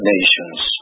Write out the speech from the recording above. Nations